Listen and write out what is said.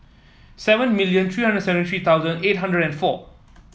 seven million three hundred seventy three thousand eight hundred and four